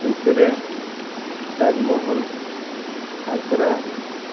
ୟୁପିରେ ତାଜମହଲ ଆଗ୍ରା